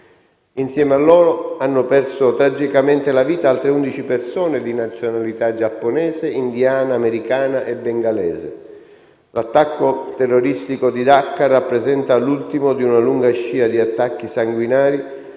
Insieme a loro, hanno perso tragicamente la vita altre undici persone di nazionalità giapponese, indiana, americana e bengalese. L'attacco terroristico di Dacca rappresenta l'ultimo di una lunga scia di attacchi sanguinari,